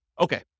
Okay